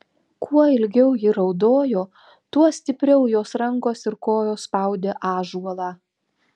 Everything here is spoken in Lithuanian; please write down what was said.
kuo ilgiau ji raudojo tuo stipriau jos rankos ir kojos spaudė ąžuolą